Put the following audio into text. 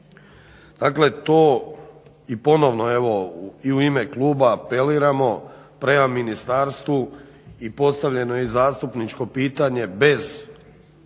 Dakle to i ponovno u ime kluba apeliramo prema ministarstvu i postavljeno je zastupničko pitanje bez